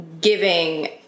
giving –